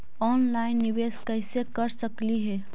Online निबेस कैसे कर सकली हे?